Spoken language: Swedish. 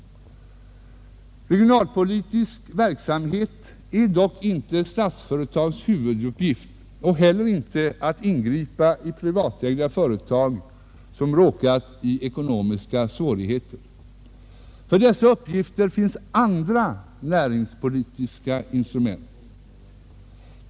Regionalpolitisk verksamhet är dock inte Statsföretags huvuduppgift och heller inte att ingripa i privatägda företag som råkat i ekonomiska svårigheter. För dessa uppgifter finns andra näringspolitiska instrument.